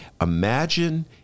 Imagine